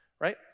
right